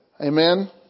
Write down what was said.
Amen